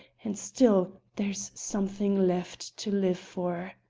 and still there's something left to live for.